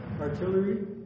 artillery